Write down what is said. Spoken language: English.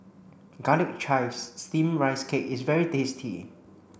garlic chives steamed rice cake is very tasty